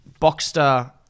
Boxster